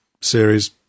series